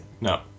No